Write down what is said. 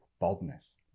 baldness